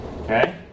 Okay